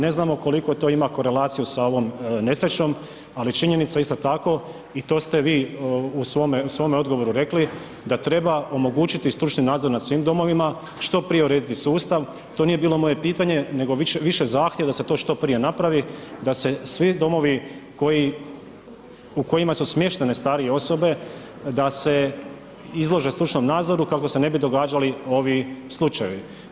Ne znamo koliko to ima korelaciju sa ovom nesrećom ali činjenica je isto tako i to ste vi u svome odgovoru rekli, da treba omogućiti stručni nadzor nad svim domovima, što prije urediti sustav, to nije bilo moje pitanje nego više zahtjev da se to što prije napravi, da se svi domovi u kojima su smještene starije osobe, da se izlože stručnom nadzoru kako se ne bi događali ovi slučajevi.